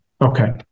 Okay